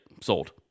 sold